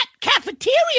cafeteria